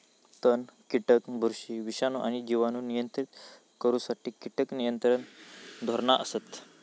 तण, कीटक, बुरशी, विषाणू आणि जिवाणू नियंत्रित करुसाठी कीटक नियंत्रण धोरणा असत